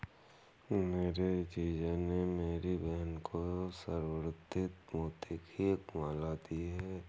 मेरे जीजा जी ने मेरी बहन को संवर्धित मोती की एक माला दी है